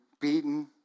beaten